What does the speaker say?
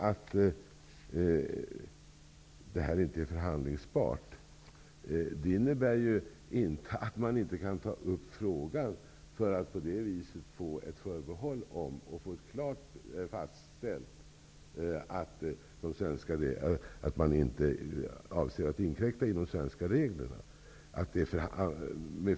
Att det här inte är förhandlingsbart innebär inte att frågan inte kan tas upp för att på det viset få ett förbehåll om och få det klart fastställt att man inte avser att inkräkta på de svenska reglerna.